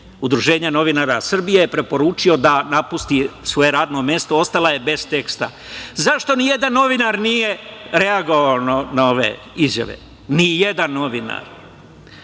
predsednik UNS preporučio je da napusti svoje radno mesto, ostala je bez teksta.Zašto nijedan novinar nije reagovao na ove izjave? Nijedan novinar.